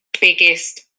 biggest